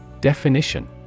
Definition